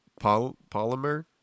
Polymer